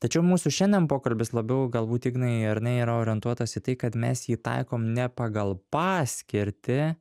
tačiau mūsų šiandien pokalbis labiau galbūt ignai ar ne yra orientuotas į tai kad mes jį taikom ne pagal paskirtį